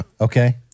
Okay